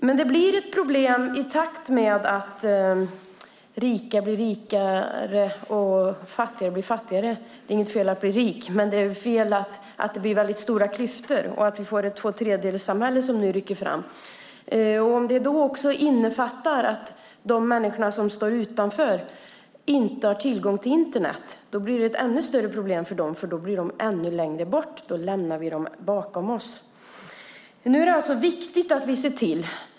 Men det blir ett problem i takt med att rika blir rikare och fattiga blir fattigare. Det är inget fel att bli rik, men det är fel att det blir väldigt stora klyftor och att vi får det tvåtredjedelssamhälle som nu rycker fram. Om det då också innefattar att de människor som står utanför inte har tillgång till Internet blir det ett ännu större problem för dem, för då hamnar de ännu längre bort; då lämnar vi dem bakom oss.